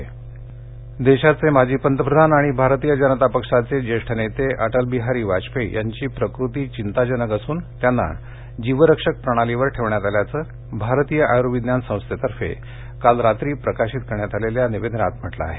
वाजपेयी देशाचे माजी पंतप्रधान आणि भारतीय जनता पक्षाचे ज्येष्ठ नेते अटलबिहारी वाजपेयी यांची प्रकृती चिंताजनक असून त्यांना जीवरक्षक प्रणालीवर ठेवण्यात आल्याचं भारतीय आयुर्विज्ञान संस्थेतर्फे काल रात्री प्रसिद्ध करण्यात आलेल्या निवेदनात नमूद करण्यात आलं आहे